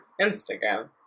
Instagram